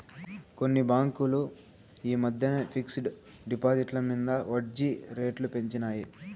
కొన్ని బాంకులు ఈ మద్దెన ఫిక్స్ డ్ డిపాజిట్ల మింద ఒడ్జీ రేట్లు పెంచినాయి